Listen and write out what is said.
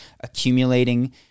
accumulating